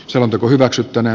selonteko hyväksy tänä